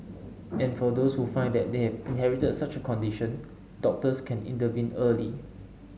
and for those who find that they have inherited such a condition doctors can intervene early